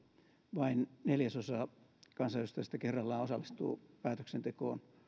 vain neljäsosa kansanedustajista kerrallaan osallistuu päätöksentekoon